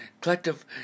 collective